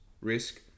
risk